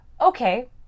okay